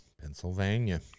Pennsylvania